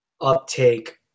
uptake